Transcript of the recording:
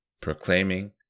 proclaiming